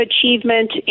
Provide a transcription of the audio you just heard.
achievement